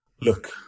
Look